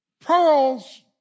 pearls